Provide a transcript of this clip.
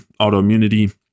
autoimmunity